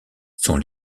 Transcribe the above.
sont